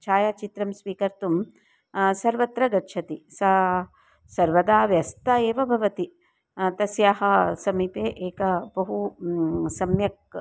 छायाचित्रं स्वीकर्तुं सर्वत्र गच्छति सा सर्वदा व्यस्ता एव भवति तस्याः समीपे एका बहु सम्यक्